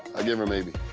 i gave her maybe.